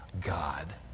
God